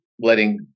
letting